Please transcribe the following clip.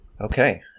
Okay